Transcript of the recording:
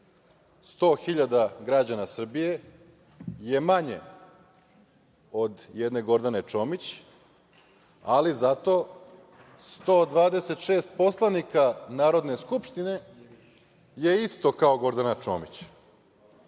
100.000 građana Srbije je manje od jedne Gordane Čomić, ali zato 126 poslanika Narodne skupštine je isto kao Gordana Čomić.